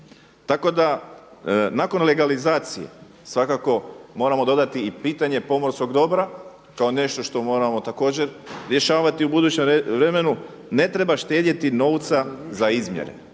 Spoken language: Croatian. Tako da nakon legalizacije svakako moramo dodati i pitanje pomorskog dobra kao nešto što moramo također rješavati u budućem vremenu. Ne treba štedjeti novca za izmjere,